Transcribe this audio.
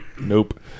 nope